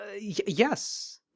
Yes